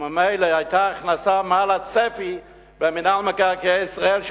וממילא היתה הכנסה מעל הצפי במינהל מקרקעי ישראל,